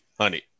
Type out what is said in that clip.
Honey